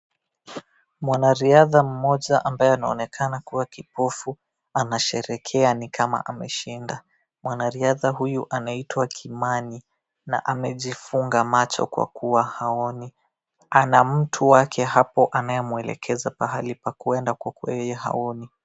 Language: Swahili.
Mwanariadha mmoja ambaye anaonekana kuwa kipofu anasherekea ni kama ameshinda mwanariadha huyu anaitwa kimani na amejifunga macho kwa kuwa haoni ana mtu wake hapo anaemwelekeza pahali pa kuenda kwa kua yeye haoni.